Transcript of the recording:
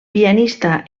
pianista